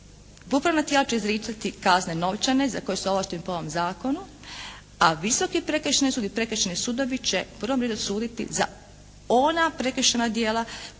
Upravna tijela će izricati kazne novčane za koje su …/Govornik se ne razumije./… po ovom zakonu a Visoki prekršajni sud i prekršajni sudovi će u prvom redu suditi za ona prekršajna djela koja